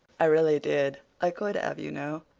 i really did. i could have, you know.